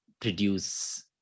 produce